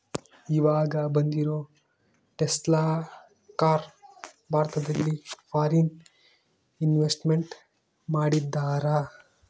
ಈವಾಗ ಬಂದಿರೋ Tesla car ಭಾರತದಲ್ಲಿ ಫಾರಿನ್ ಇನ್ವೆಸ್ಟ್ಮೆಂಟ್ ಮಾಡಿದರಾ